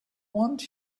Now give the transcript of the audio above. want